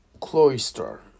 Cloister